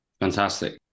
fantastic